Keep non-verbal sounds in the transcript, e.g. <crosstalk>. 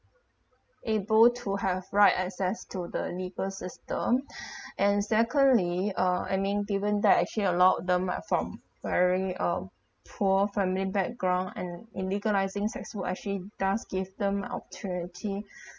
able to have right access to the legal system <breath> and secondly uh I mean given that actually a lot of them might very uh poor family background and in legalising sex work actually does give them alternative